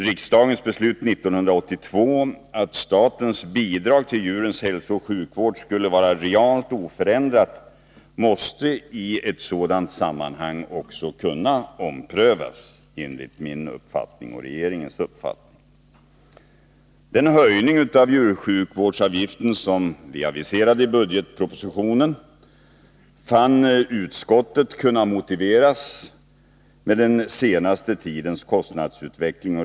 Riksdagens beslut 1982, att statens bidrag till djurens hälsooch sjukvård skulle vara realt oförändrat, måste i ett sådant sammanhang också kunna omprövas, enligt min och regeringens uppfattning. Den höjning av djursjukvårdsavgiften som vi aviserade i budgetpropositionen fann utskottet kunna motiveras med den senaste tidens kostnadsutveckling.